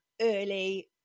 early